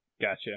Gotcha